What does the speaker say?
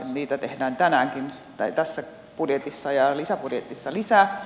niitä tehdään tässäkin budjetissa ja lisäbudjetissa tehdään lisää